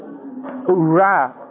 Ra